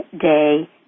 Day